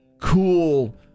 cool